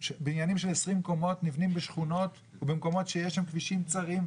בניינים של עשרים קומות נבנים בשכונות ובמקומות שיש שם כבישים צרים,